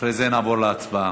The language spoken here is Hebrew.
אחרי זה נעבור להצבעה.